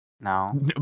No